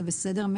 זה בסדר.